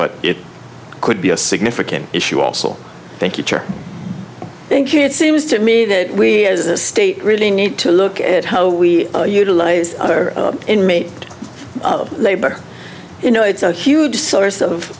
but it could be a significant issue also thank you thank you it seems to me that we as a state really need to look at how we utilize inmate labor you know it's a huge source